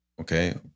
Okay